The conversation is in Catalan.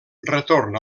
retorn